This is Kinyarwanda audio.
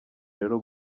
rero